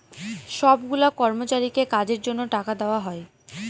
সব গুলা কর্মচারীকে কাজের জন্য টাকা দেওয়া হয়